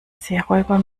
seeräuber